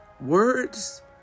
words